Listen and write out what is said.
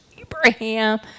Abraham